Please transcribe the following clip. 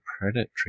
predatory